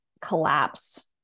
collapse